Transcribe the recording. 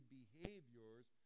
behaviors